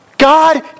God